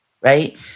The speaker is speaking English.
right